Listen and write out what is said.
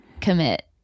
Commit